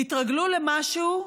תתרגלו למשהו,